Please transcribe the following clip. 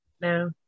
no